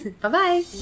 bye-bye